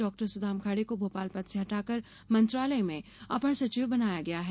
doctor Sudam Khade को भोपाल पद से हटाकर मंत्रालय में अपर सचिव बनाया गया है